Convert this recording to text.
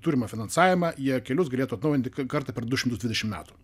turimą finansavimą jie kelius galėtų atnaujinti kartą per du šimtus dvidešimt metų